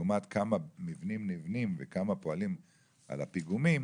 לעומת כמה מבנים נבנים וכמה פועלים על הפיגומים